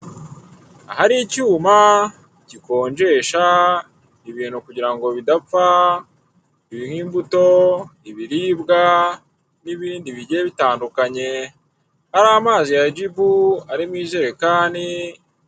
Ahari icyuma gikonjesha ibintu kugirango bidapfa nk'imbuto ibiribwa n'ibindi bigiye bitandukanye. Hari amazi ya jibu ari mw'ijerekani.